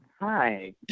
Hi